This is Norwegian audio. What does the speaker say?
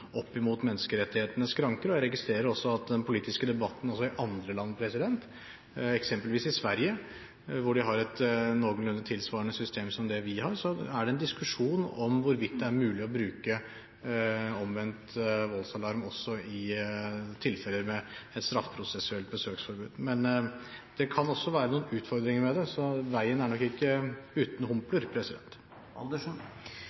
skranker, og jeg registrerer at det i den politiske debatten også i andre land, eksempelvis i Sverige, hvor de har et noenlunde tilsvarende system som det vi har, er en diskusjon om hvorvidt det er mulig å bruke omvendt voldsalarm også i tilfeller med straffeprosessuelt besøksforbud. Men det kan også være noen utfordringer med det, så veien er nok ikke uten